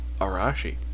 Arashi